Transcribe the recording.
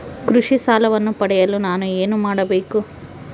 ಕೃಷಿ ಸಾಲವನ್ನು ಪಡೆಯಲು ನಾನು ಏನು ಮಾಡಬೇಕು?